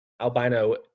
albino